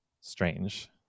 strange